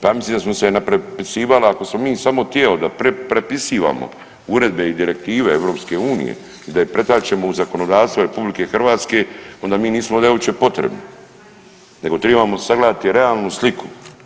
Zamisli da smo se naprepisivala, ako smo mi samo htjeo da prepisivamo uredbe i direktive EU i da je pretačemo u zakonodavstvo RH, onda mi nismo ovde uopće potrebni nego tribamo sagledati realnu sliku.